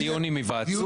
יהיה דיון עם היוועצות?